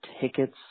tickets